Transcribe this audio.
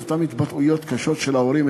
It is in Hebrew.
את אותן התבטאויות קשות של ההורים,